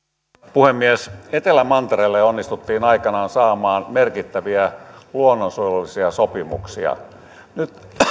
puhemies etelämantereelle onnistuttiin aikanaan saamaan merkittäviä luonnonsuojelullisia sopimuksia nyt